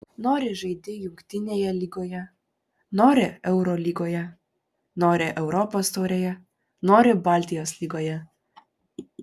nori žaidi jungtinėje lygoje nori eurolygoje nori europos taurėje nori baltijos lygoje